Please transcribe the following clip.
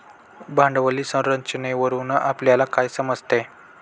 भांडवली संरचनेवरून आपल्याला काय समजते?